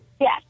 Yes